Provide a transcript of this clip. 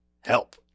Help